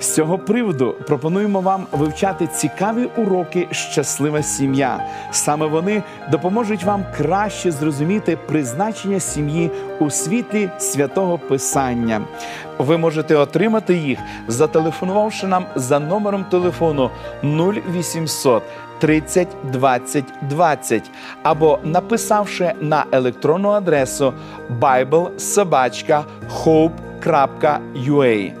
З цього приводу пропонуємо вам вивчати цікаві уроки «Щаслива сім'я». Саме вони допоможуть вам краще зрозуміти призначення сім'ї у світлі Святого Писання. Ви можете отримати їх, зателефонувавши нам за номером телефону 0800 30 20 20, або написавши на електронну адресу bible@hope.ua.